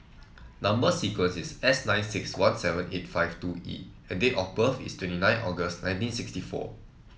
number sequence is S nine six one seven eight five two E and date of birth is twenty nine August nineteen sixty four